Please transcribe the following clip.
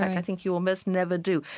i think you almost never do.